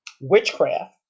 Witchcraft